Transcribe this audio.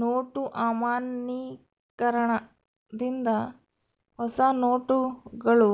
note ಅಮಾನ್ಯೀಕರಣ ದಿಂದ ಹೊಸ ನೋಟುಗಳು